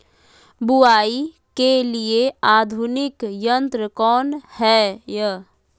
बुवाई के लिए आधुनिक यंत्र कौन हैय?